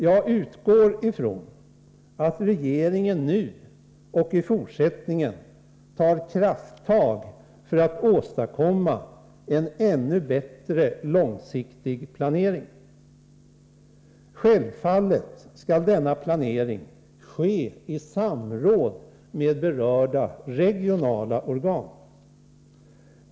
Jag utgår från att regeringen nu och i fortsättningen tar krafttag för att åstadkomma en ännu bättre långsiktig planering. Självfallet skall denna planering ske i samråd med berörda regionala organ.